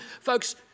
folks